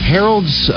Harold's